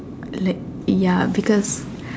like ya because